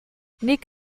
nik